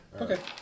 Okay